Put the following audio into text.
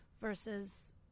versus